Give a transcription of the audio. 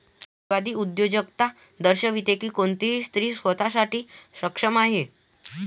स्त्रीवादी उद्योजकता दर्शविते की कोणतीही स्त्री स्वतः साठी सक्षम आहे